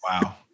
Wow